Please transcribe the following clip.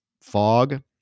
fog